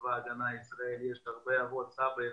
שלצבא ההגנה לישראל יש הרבה אבות וסבא אחד,